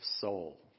soul